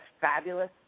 fabulous